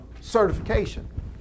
certification